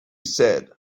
said